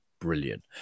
Brilliant